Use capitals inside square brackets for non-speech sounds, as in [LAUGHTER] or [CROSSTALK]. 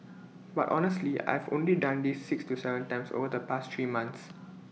[NOISE] but honestly I've only done this six to Seven times over the past three months